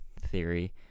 theory